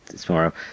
tomorrow